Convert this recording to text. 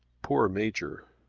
poor major!